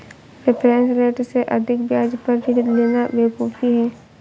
reference rate से अधिक ब्याज पर ऋण लेना बेवकूफी है